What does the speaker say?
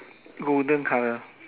golden colour